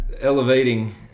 elevating